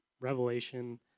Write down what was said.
Revelation